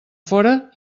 fora